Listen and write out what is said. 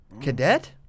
Cadet